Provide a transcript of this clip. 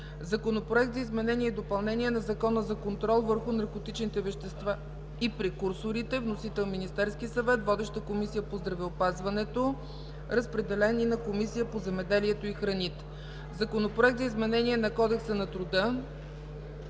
Законопроект за изменение и допълнение на Закона за контрол върху наркотичните вещества и прекурсорите. Вносител – Министерският съвет. Водеща е Комисията по здравеопазването. Разпределен е и на Комисията по земеделието и храните. Законопроект за изменение на Кодекса на труда.